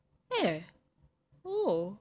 eh oh